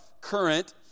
current